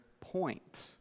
point